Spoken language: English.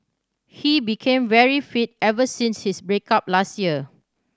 he became very fit ever since his break up last year